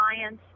science